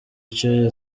icyo